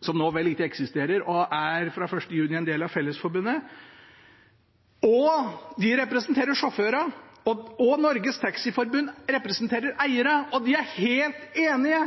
som nå vel ikke eksisterer og fra 1. juni er en del av Fellesforbundet, og eierne, representert ved Norges Taxiforbund, skjønner, og de er helt enige.